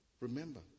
remember